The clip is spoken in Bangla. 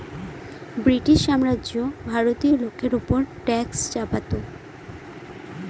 ব্রিটিশ সাম্রাজ্য ভারতীয় লোকের ওপর ট্যাক্স চাপাতো